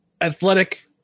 athletic